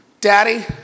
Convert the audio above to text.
daddy